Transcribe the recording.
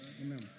Amen